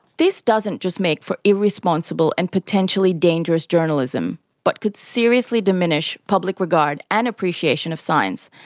this doesn't just make for irresponsible and potentially dangerous journalism but could seriously diminish public regard and appreciation of science,